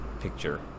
Picture